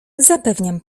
zapewniam